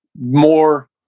more